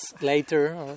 later